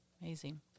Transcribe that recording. Amazing